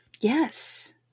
Yes